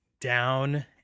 down